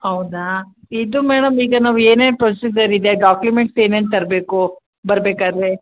ಹೌದಾ ಇದು ಮೇಡಮ್ ಈಗ ನಾವು ಏನೇನು ಪ್ರೊಸಿಜರ್ ಇದೆ ಡಾಕ್ಯುಮೆಂಟ್ಸ್ ಏನೇನು ತರಬೇಕು ಬರ್ಬೇಕಾದ್ರೆ